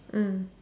mm